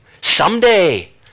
Someday